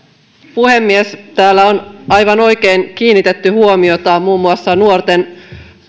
puhemies täällä on aivan oikein kiinnitetty huomiota muun muassa nuorten